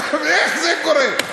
איך זה קורה?